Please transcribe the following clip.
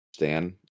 understand